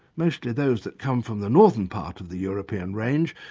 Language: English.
mostly those that come from the northern part of the european range,